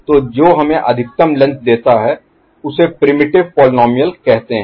तो जो हमें अधिकतम लेंथ देता है उसे प्रिमिटिव Primitive आदिम पोलीनोमिअल कहते हैं